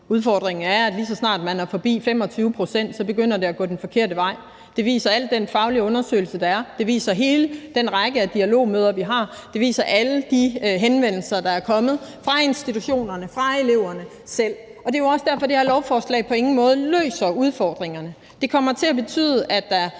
Udfordringen er, at lige så snart man er forbi 25 pct., begynder det at gå den forkerte vej. Det viser alle de faglige undersøgelser, der er, det viser hele den række af dialogmøder, vi har, det viser alle de henvendelser, der er kommet fra institutionerne og fra eleverne selv, og det er jo også derfor, det her lovforslag på ingen måde løser udfordringerne. Det kommer til at betyde, at der